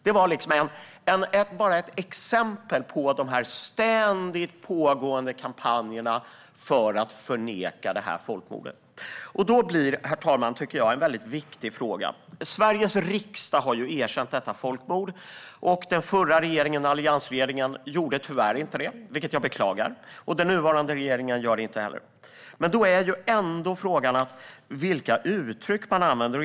Det var bara ett exempel på de ständigt pågående kampanjerna för att förneka folkmordet. Sveriges riksdag har ju erkänt detta folkmord. Den förra regeringen - alliansregeringen - gjorde tyvärr inte det, vilket jag beklagar. Den nuvarande regeringen gör det inte heller. Då är den viktiga frågan vilka uttryck man använder.